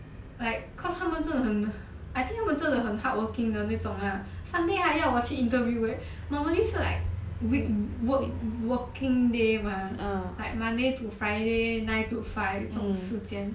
like cause 他们真的很 I think 他们真的很 hardworking 的那种 lah sunday 还要我去 interview leh normally 是 like work working day mah like monday to friday nine to five 这种时间